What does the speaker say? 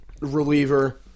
reliever